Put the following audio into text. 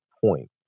point